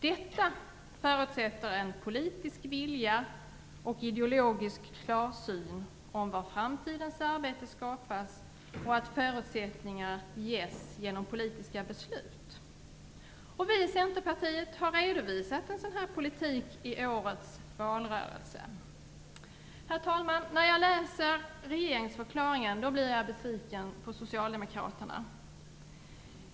Detta förutsätter en politisk vilja och en ideologisk klarsyn om var framtidens arbeten skapas och om att förutsättningar ges genom politiska beslut. Vi i Centerpartiet har redovisat en sådan politik i årets valrörelse. Herr talman! När jag läser regeringsförklaringen blir jag besviken på Socialdemokraterna.